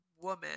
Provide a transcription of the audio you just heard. woman